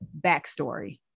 backstory